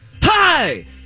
Hi